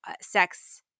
sex